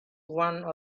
one